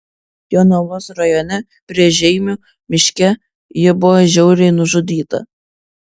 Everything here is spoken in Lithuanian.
jonavos rajone prie žeimių miške ji buvo žiauriai nužudyta